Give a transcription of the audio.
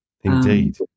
Indeed